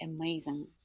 amazing